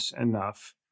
enough